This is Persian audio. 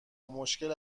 مشکل